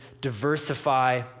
diversify